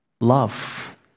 love